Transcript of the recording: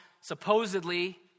supposedly